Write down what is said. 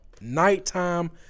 Nighttime